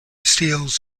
steels